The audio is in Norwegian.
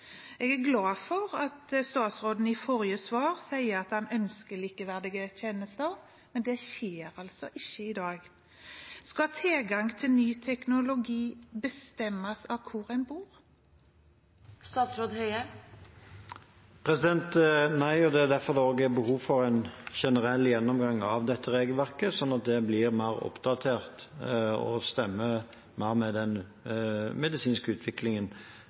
Jeg er glad for at statsråden i forrige svar sier at han ønsker likeverdige tjenester, men det skjer altså ikke i dag. Skal tilgang til ny teknologi bestemmes av hvor en bor? Nei, og det er derfor det er behov for en generell gjennomgang av dette regelverket, sånn at det blir mer oppdatert og stemmer mer med den medisinske utviklingen.